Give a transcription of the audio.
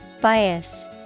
Bias